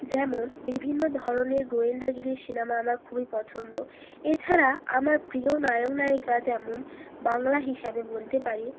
যেমন বিভিন্ন ধরনের গোয়েন্দাগিরি সিনেমা আমার খুবই পছন্দ এছাড়া আমার প্রিয় নায়ক নায়িকা যেমন বাংলা হিসাবে বলতে পারি